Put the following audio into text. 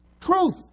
truth